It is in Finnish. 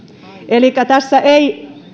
elikkä tässä ei